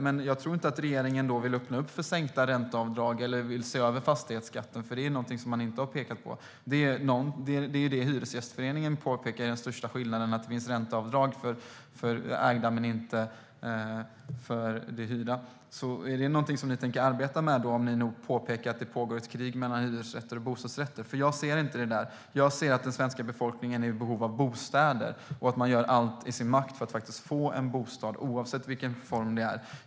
Men jag tror inte att regeringen vill öppna upp för sänkta ränteavdrag eller se över fastighetsskatten. Det är inte något man har pekat på. Det är detta som Hyresgästföreningen påpekar är den största skillnaden - att det finns ränteavdrag för det ägda men inte för det hyrda. Är det något som ni tänker arbeta med, bostadsministern, om ni nu pekar på att det pågår ett krig mellan hyresrätter och bostadsrätter? Jag ser inte det. Jag ser att den svenska befolkningen är i behov av bostäder och att man gör allt i sin makt för att få en bostad, oavsett form.